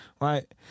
Right